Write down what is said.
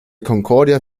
concordia